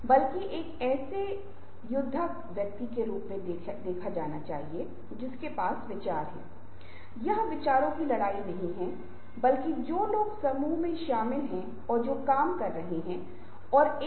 यदि आपका स्कोर 4 से 6 के बीच है तो आप समय प्रबंधन में औसत हैं और आप के पास कुछ अच्छे समय प्रबंधन कौशल हैं लेकिन स्पष्ट रूप से मदद के साथ इसमें कुछ सुधार की आवश्यकता है